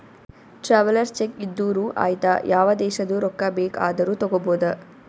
travellers cheque ಇದ್ದೂರು ಐಯ್ತ ಯಾವ ದೇಶದು ರೊಕ್ಕಾ ಬೇಕ್ ಆದೂರು ತಗೋಬೋದ